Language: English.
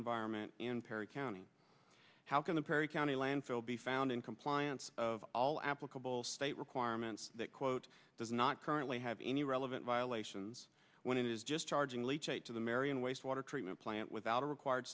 environment perry county how can the perry county landfill be found in compliance of all applicable state requirements that quote does not currently have any relevant violations when it is just charging leach it to the marion wastewater treatment plant without a required